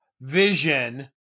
Vision